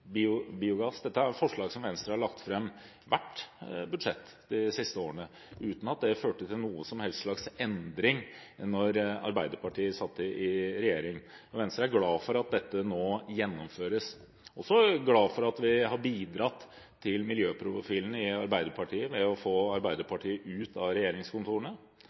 biogass – er forslag som Venstre har lagt fram i hvert budsjett de siste årene, uten at det førte til noen som helst slags endring da Arbeiderpartiet satt i regjering. Venstre er glad for at dette nå gjennomføres. Vi er også glad for at vi har bidratt til miljøprofilen i Arbeiderpartiet ved å få Arbeiderpartiet ut av regjeringskontorene,